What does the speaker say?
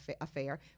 affair